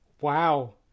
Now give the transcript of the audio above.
Wow